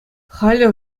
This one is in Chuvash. халӗ